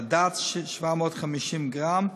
בד"ץ, 750 גרם,